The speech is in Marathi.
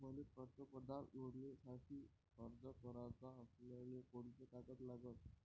मले पंतप्रधान योजनेसाठी अर्ज कराचा असल्याने कोंते कागद लागन?